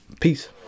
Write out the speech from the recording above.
Peace